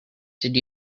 did